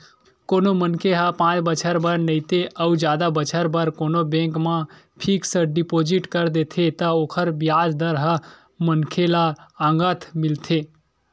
कोनो मनखे ह पाँच बछर बर नइते अउ जादा बछर बर कोनो बेंक म फिक्स डिपोजिट कर देथे त ओकर बियाज दर ह मनखे ल नँगत मिलथे